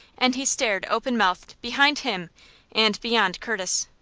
and he stared open-mouthed behind him and beyond curtis.